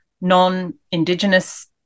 non-Indigenous